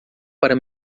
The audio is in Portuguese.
para